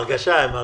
עם הרגשה.